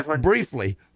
briefly